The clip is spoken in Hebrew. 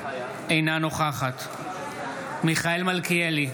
אינה נוכחת מיכאל מלכיאלי,